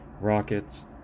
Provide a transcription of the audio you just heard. Rockets